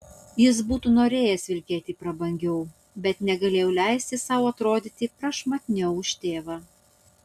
jis būtų norėjęs vilkėti prabangiau bet negalėjo leisti sau atrodyti prašmatniau už tėvą